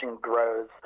grows